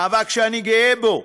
מאבק שאני גאה בו,